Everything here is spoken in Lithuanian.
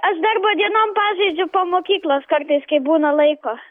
aš darbo dienom pažaidžiu po mokyklos kartais kai būna laiko